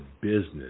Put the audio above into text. business